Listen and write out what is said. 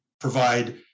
provide